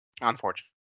Unfortunately